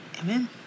Amen